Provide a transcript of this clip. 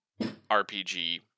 RPG